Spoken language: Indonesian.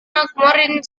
kemarin